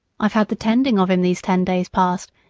i've had the tending of him these ten days past,